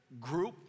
group